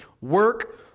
Work